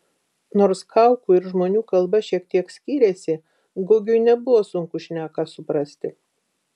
nors kaukų ir žmonių kalba šiek tiek skyrėsi gugiui nebuvo sunku šneką suprasti